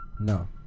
No